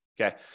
Okay